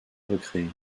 recréé